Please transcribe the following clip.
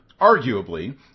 arguably